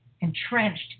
entrenched